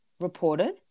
reported